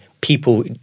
people